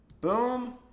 boom